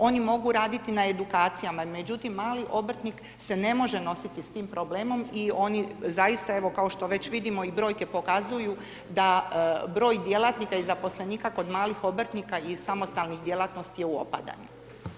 Oni mogu raditi na edukacijama međutim mali obrtnik se ne može nositi sa tim problemom i oni zaista evo kao što već vidimo i brojke pokazuju da broj djelatnika i zaposlenika kod malih obrtnika i samostalnih djelatnosti je u opadanju.